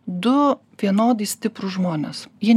du vienodai stiprūs žmonės jie